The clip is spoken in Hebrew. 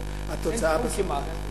הכיוונים, אין תחום כמעט.